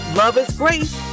loveisgrace